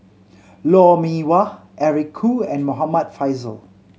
Lou Mee Wah Eric Khoo and Muhammad Faishal